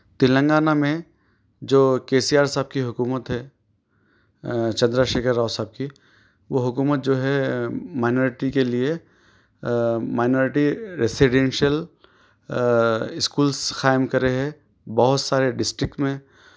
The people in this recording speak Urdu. تلنگانہ میں جو کے سی آر صاب کی حکومت ہے چندرا شیکھر راؤ صاب کی وہ حکومت جو ہے مائنرٹی کے لیے مائنرٹی رسیڈینشل اسکولس قائم کرے ہے بہت سارے ڈسٹرکٹ میں